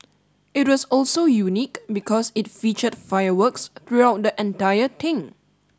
it was also unique because it featured fireworks throughout the entire thing